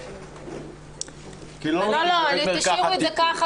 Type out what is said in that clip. תשאירו כך,